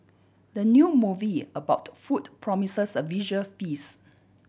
the new movie about food promises a visual feast